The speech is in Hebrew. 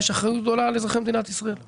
יש אחריות גדולה על אזרחי מדינת ישראל.